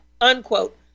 unquote